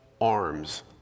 arms